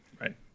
right